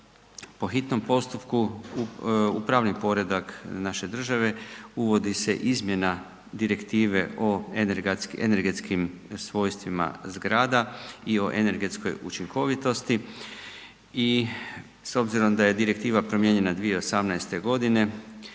po hitnom postupku u pravni poredak naše države uvodi se izmjena Direktive o energetskim svojstvima zgrada i o energetskoj učinkovitosti. I s obzirom da je Direktiva promijenjena 2018. godine